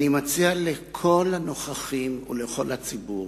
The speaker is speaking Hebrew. אני מציע לכל הנוכחים ולכל הציבור